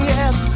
Yes